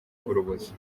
urubozo